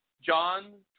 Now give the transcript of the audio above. John